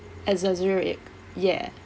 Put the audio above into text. exaggerate ya